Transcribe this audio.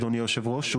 אדוני היושב-ראש,